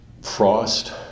Frost